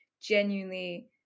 genuinely